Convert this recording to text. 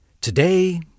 Today